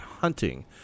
hunting